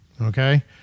okay